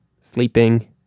sleeping